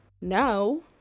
No